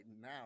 now